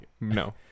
No